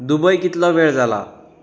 Dubai कितलो वेळ जाला